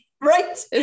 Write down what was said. right